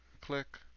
click